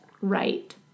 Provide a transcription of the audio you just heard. right